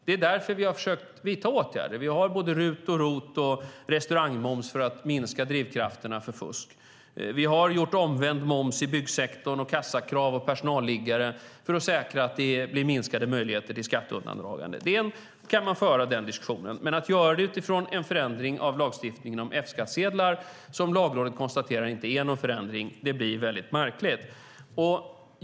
Det är därför vi har försökt att vidta åtgärder. Vi har både RUT, ROT och ändrad restaurangmoms för att minska drivkrafterna för fusk. Vi har gjort omvänd moms för byggsektorn och har krav på kassa och personalliggare för at säkra att det blir minskade möjligheter till skatteundandraganden. Den diskussionen kan man föra. Men att göra det utifrån en förändring av lagstiftningen om F-skattsedlar, som Lagrådet konstaterar inte är någon förändring, blir väldigt märkligt.